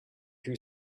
who